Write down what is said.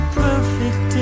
perfect